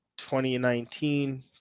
2019